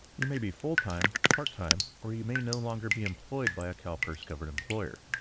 you may be full-time, part-time or you may no longer be employed by a calpers-covered employer.